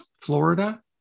Florida